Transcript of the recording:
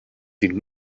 den